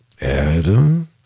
Adam